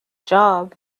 job